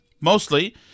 mostly